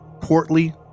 portly